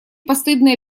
постыдные